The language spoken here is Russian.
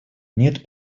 нет